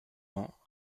ans